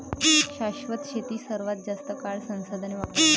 शाश्वत शेती सर्वात जास्त काळ संसाधने वापरते